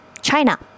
China